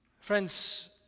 Friends